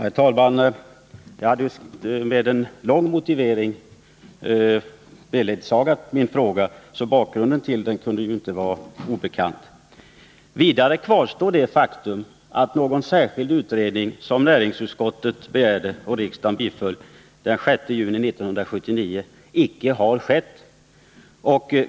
Herr talman! Min fråga beledsagades av en lång motivering, så bakgrunden till den kunde inte vara obekant. Vidare kvarstår det faktum att någon särskild utredning, som näringsutskottet begärde och riksdagen biföll den 6 juni 1979, icke har skett.